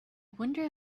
wonder